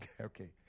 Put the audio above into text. okay